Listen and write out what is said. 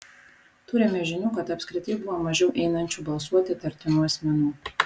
turime žinių kad apskritai buvo mažiau einančių balsuoti įtartinų asmenų